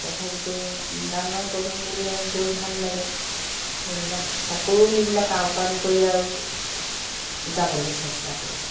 তথাপিতো গানৰ প্ৰগ্ৰেম বুলিলে গৈ ভাল লাগে সেইবিলাক সকলোবিলাক আওকাণ কৰি আৰু যাবলৈ চেষ্টা কৰোঁ